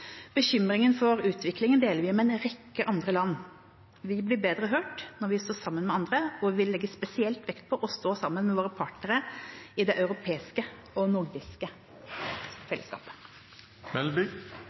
Bekymringen for utviklingen deler vi med en rekke andre land. Vi blir bedre hørt når vi står sammen med andre, og vi vil legge spesielt vekt på å stå sammen med våre partnere i det europeiske og nordiske